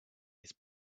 his